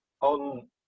on